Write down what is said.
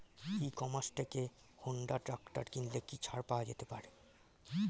ই commerce থেকে Honda tractor কিনলে কি ছাড় পাওয়া যেতে পারে?